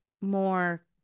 more